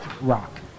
Rock